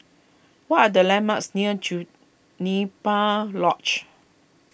what are the landmarks near Juniper Lodge